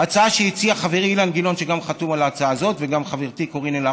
ההצעה שהציע חברי אילן גילאון,